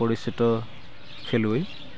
পৰিচিত খেলুৱৈ